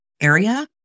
area